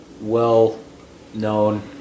well-known